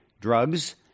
drugs